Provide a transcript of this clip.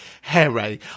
Hare